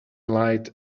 light